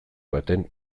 baten